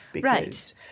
Right